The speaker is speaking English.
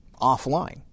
offline